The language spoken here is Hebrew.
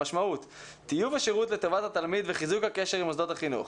המשמעות הוא טיוב השירות לטובת התלמיד וחיזוק הקשר עם מוסדות החינוך.